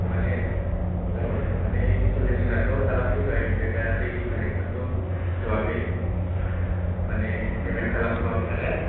मानि औ मानि इन्चटुलेस'नाथ' खालामफैबाय आमफ्राय दा दैनि कानेकसनखौ होथ'वाखै मानि पेमेन्ट खालामथ'वाखै नालाय